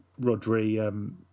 Rodri